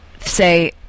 say